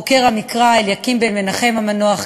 חוקר המקרא אליקים בן-מנחם המנוח,